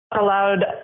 allowed